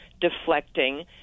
deflecting